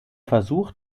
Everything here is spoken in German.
versuch